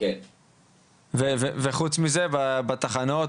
וחוץ מזה בתחנות,